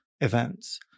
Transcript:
events